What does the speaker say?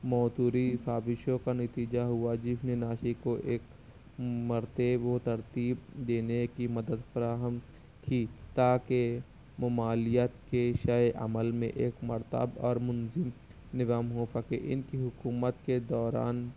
موثوری کاوشوں کا نتیجہ ہوا جس میں ناسک کو ایک مرتیب و ترتیب دینے کی مدد فراہم کی تاکہ ممالیت کے شے عمل میں ایک مرتب اور منظم نظام ہو سکے ان کی حکومت کے دوران